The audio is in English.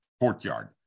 courtyard